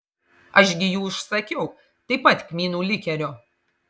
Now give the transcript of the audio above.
aš gi jų užsakiau taip pat kmynų likerio